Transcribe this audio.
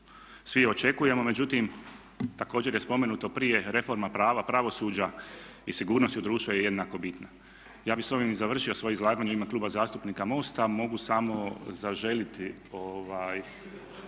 svi očekujemo međutim također je spomenuto prije reforma prava, pravosuđa i sigurnosti društva je jednako bitna. Ja bih s ovim i završio svoje izlaganje u ime Kluba zastupnika MOST-a. Mogu samo zaželjeti